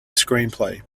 screenplay